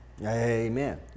Amen